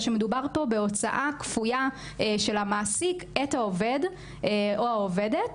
שמדובר פה בהוצאה כפויה של המעסיק את העובד או העובדת,